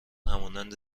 همانند